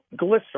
glycerol